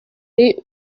ari